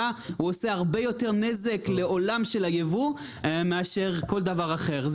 הוא עושה הרבה יותר נזק לעולם של הייבוא מאשר כל דבר אחר.